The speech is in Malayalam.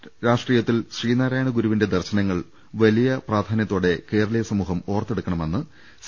സമകാലീക രാഷ്ട്രീയത്തിൽ ശ്രീനാരായണ ഗുരുവിന്റെ ദർശനങ്ങൾ വലിയ പ്രാധാന്യത്തോടെ കേരളീയ സമൂഹം ഓർത്തെടുക്കണമെന്ന് സി